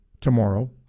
tomorrow